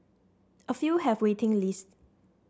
a few have waiting lists